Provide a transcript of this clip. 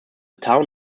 town